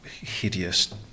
hideous